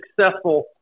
successful